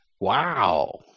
Wow